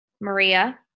Maria